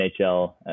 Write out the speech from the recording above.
NHL